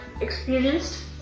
experienced